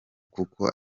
kuko